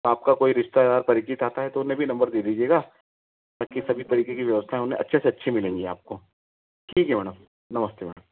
आपका कोई रिश्तेदार परिचित आता है तो उन्हें भी नंबर दे दीजिएगा ताकि सभी तरीके व्यवस्थाएँ उन्हें अच्छी से अच्छी मिलेगी आपको ठीक है मैडम नमस्ते मैम